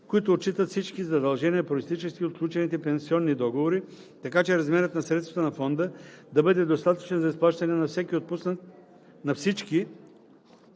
които отчитат всички задължения, произтичащи от сключените пенсионни договори, така че размерът на средствата на фонда да бъде достатъчен за изплащане на всички отпуснати